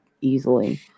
easily